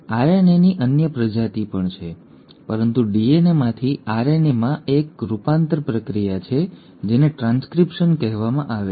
આરએનએની અન્ય પ્રજાતિઓ પણ છે પરંતુ DNAમાંથી RNAમાં આ રૂપાંતર એક પ્રક્રિયા છે જેને ટ્રાન્સક્રિપ્શન કહેવામાં આવે છે